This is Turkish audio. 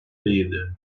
değildi